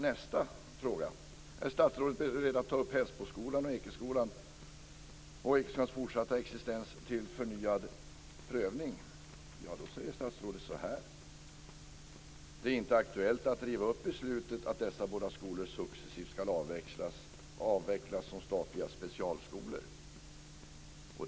Nästa fråga är: Är statsrådet beredd att ta upp Hällsboskolans och Ekeskolans fortsatta existens till förnyad prövning? På den säger statsrådet: Det är inte aktuellt att riva upp beslutet att dessa båda skolor successivt ska avvecklas som statliga specialskolor.